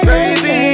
Baby